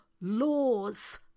laws